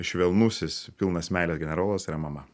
švelnusis pilnas meilės generolas yra mama